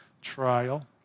trial